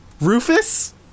Rufus